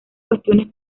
cuestiones